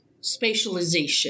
spatialization